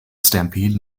stampede